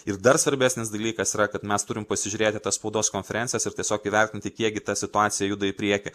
ir dar svarbesnis dalykas yra kad mes turim pasižiūrėti į tas spaudos konferencijas ir tiesiog įvertinti kiek gi ta situacija juda į priekį